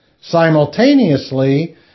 simultaneously